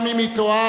גם אם היא טועה,